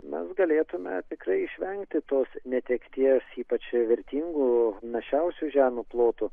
mes galėtume tikrai išvengti tos netekties ypač vertingų našiausių žemių plotų